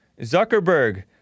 Zuckerberg